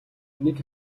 нэг